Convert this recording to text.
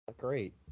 great